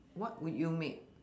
what would you make